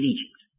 Egypt